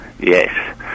Yes